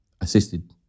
assisted